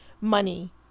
money